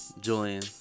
Julian